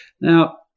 Now